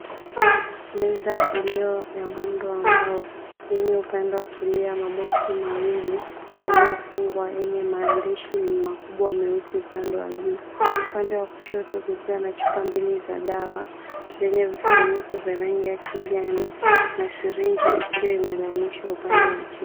Meza iliyo ya muundo ambayo kwenye upande wa kulia maboksi mawili yaliyo fungwa yenye maandishi makubwa meusi upande wa juu, upande wa kushoto kukiwa na chupa mbili za dawa yenye vifuniko vya rangi ya kijani na sirenji ikiwa imelalishwa upande wa chini.